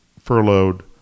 furloughed